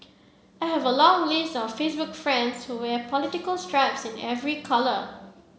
I have a long list of Facebook friends who wear political stripes in every colour